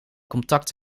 contact